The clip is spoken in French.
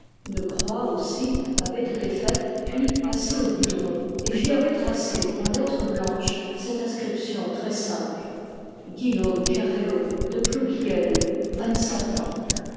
une croix aussi avait été faite puis passée au goudron et j'y avais tracé en lettres blanches cette inscription très simple guillaume kerello de plouguiel vingt-cinq ans